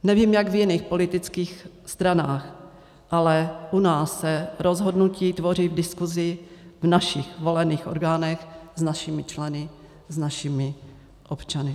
Nevím, jak v jiných politických stranách, ale u nás se rozhodnutí tvoří v diskusi v našich volených orgánech, s našimi členy, s našimi občany.